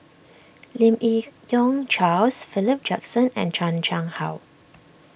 Lim Yi Yong Charles Philip Jackson and Chan Chang How